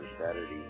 Saturday